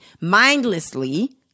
mindlessly